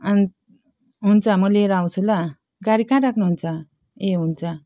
अनि हुन्छ म ल्याएर आउँछु ल गाडी कहाँ राख्नुहुन्छ ए हुन्छ